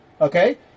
Okay